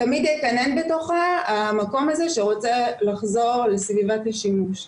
תמיד יקנן בתוכה המקום הזה שרוצה לחזור לסביבת השימוש.